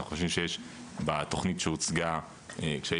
אני חושב שבתוכנית שהוצגה יש קשיי